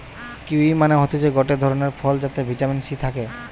kiwi মানে হতিছে গটে ধরণের ফল যাতে ভিটামিন সি থাকে